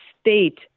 state